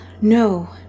No